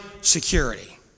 security